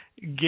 get